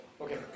Okay